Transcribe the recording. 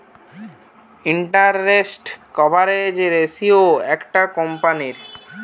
interest coverage ratio একটা কোম্পানীর